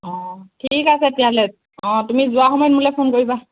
অঁ ঠিক আছে তেতিয়াহ'লে অঁ তুমি যোৱা সময়ত মোলৈ ফোন কৰিবা